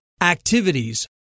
activities